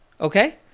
okay